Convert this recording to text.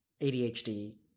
ADHD